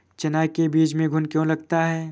चना के बीज में घुन क्यो लगता है?